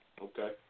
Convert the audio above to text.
Okay